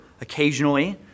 occasionally